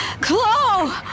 Clo